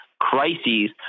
Crises